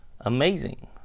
amazing